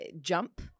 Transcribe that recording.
jump